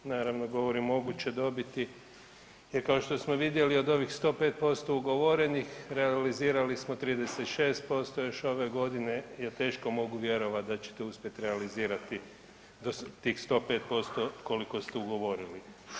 Naravno, govorim moguće dobiti jer kao što smo vidjeli, od ovih 105% ugovorenih, realizirali smo 36% još ove godine ja teško mogu vjerovat da ćete uspjeti realizirati tih 105% koliko ste ugovorili.